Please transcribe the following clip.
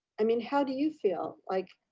i mean how do you feel like?